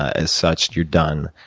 as such, you're done.